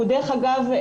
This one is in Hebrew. ודרך אגב,